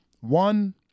One